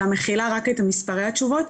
אלא מכילה רק את מספרי התשובות.